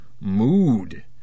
mood